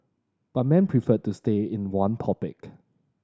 but men prefer to stay in one topic